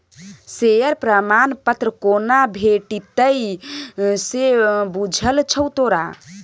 Share प्रमाण पत्र कोना भेटितौ से बुझल छौ तोरा?